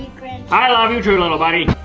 i love you too, little buddy.